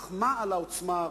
אך מה על העוצמה הרכה?